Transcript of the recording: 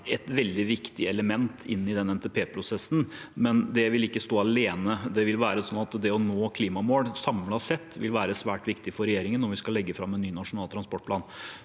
et veldig viktig element inn i denne NTP-prosessen, men det vil ikke stå alene. Det å nå klimamål samlet sett vil være svært viktig for regjeringen når vi skal legge fram en ny nasjonal transportplan.